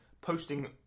posting